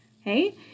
Okay